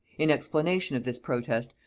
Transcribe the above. in explanation of this protest,